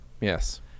yes